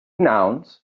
nouns